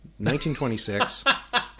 1926